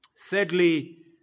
Thirdly